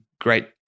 great